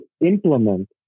implement